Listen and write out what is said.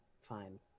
Fine